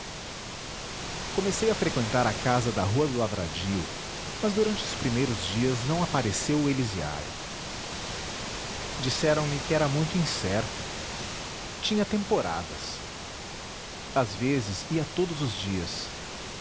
comecei a freqüentar a casa da rua do lavradio mas durante os primeiros dias não apareceu o elisiário disseram-me que era muito incerto tinha temporadas às vezes ia todos os dias